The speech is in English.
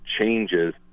changes